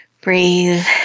breathe